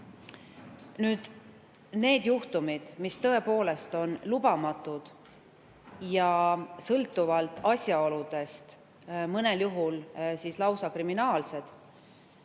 Need juhtumid, mis tõepoolest on lubamatud ja sõltuvalt asjaoludest mõnel juhul lausa kriminaalsed,